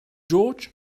george